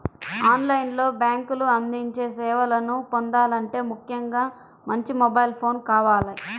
on line లో బ్యేంకులు అందించే సేవలను పొందాలంటే ముఖ్యంగా మంచి మొబైల్ ఫోన్ కావాలి